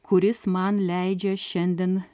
kuris man leidžia šiandien